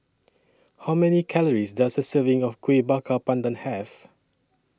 How Many Calories Does A Serving of Kueh Bakar Pandan Have